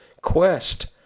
quest